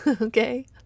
Okay